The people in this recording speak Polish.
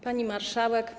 Pani Marszałek!